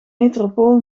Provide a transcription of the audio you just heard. metropool